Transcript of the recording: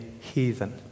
heathen